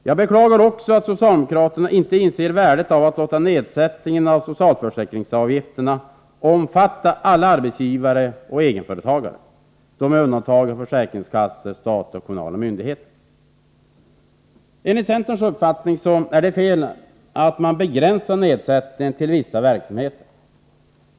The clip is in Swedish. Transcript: Jag beklagar också att socialdemokraterna inte inser värdet av att låta nedsättningen av socialförsäkringsavgifterna omfatta alla arbetsgivare och egenföretagare, med undantag för försäkringskassor, statliga och kommunala myndigheter. Enligt centerns uppfattning är det fel att begränsa nedsättningen till vissa verksamheter.